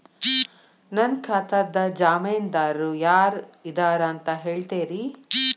ನನ್ನ ಖಾತಾದ್ದ ಜಾಮೇನದಾರು ಯಾರ ಇದಾರಂತ್ ಹೇಳ್ತೇರಿ?